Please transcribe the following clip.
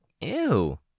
Ew